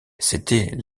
c’était